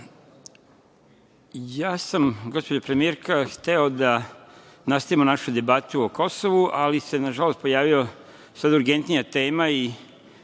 sam gospođo premijerka hteo da nastavimo našu debatu o Kosovu, ali se nažalost pojavila sada urgentnija tema i